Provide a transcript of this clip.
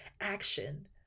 action